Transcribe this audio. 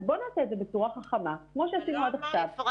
אז בואו נעשה את זה בצורה חכמה כמו שעשינו עד עכשיו.